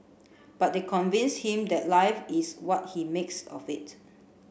but they convince him that life is what he makes of it